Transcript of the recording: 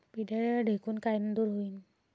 पिढ्या ढेकूण कायनं दूर होईन?